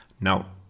Now